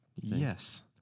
Yes